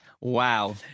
Wow